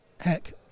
heck